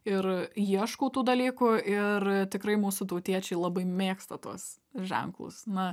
ir ieškau tų dalykų ir tikrai mūsų tautiečiai labai mėgsta tuos ženklus na